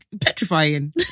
petrifying